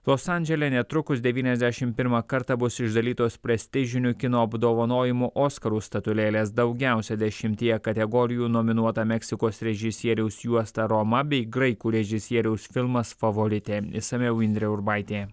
los andžele netrukus devyniasdešimt pirmą kartą bus išdalytos prestižinių kino apdovanojimų oskarų statulėlės daugiausiai dešimtyje kategorijų nominuota meksikos režisieriaus juosta roma bei graikų režisieriaus filmas favoritė išsamiau indrė urbaitė